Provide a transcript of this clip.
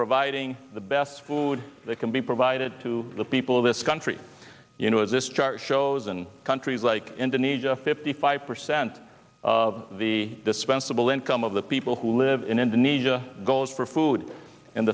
providing the best food that can be provided to the people of this country you know as this chart shows in countries like indonesia fifty five percent of the dispensable income of the people who live in indonesia goes for food